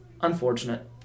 unfortunate